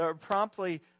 promptly